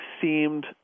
seemed